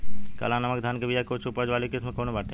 काला नमक धान के बिया के उच्च उपज वाली किस्म कौनो बाटे?